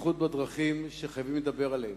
בדרכים, וחייבים לדבר עליהם.